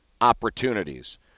opportunities